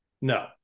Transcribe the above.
no